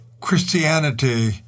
Christianity